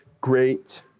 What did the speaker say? great